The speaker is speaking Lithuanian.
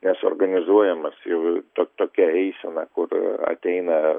nes organizuojamas jau to tokia eisena kur ateina